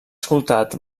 escoltat